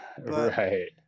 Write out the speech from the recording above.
Right